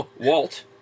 Walt